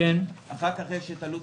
יש את עלות